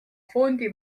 fondi